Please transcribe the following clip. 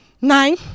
Nine